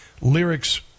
lyrics